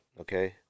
okay